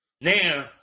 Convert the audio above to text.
Now